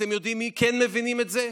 ואתם יודעים מי כן מבינים את זה?